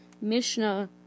Mishnah